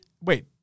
wait